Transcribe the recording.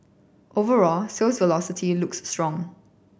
overall sales velocity looks strong